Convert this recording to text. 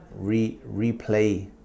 replay